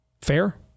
Fair